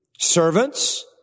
Servants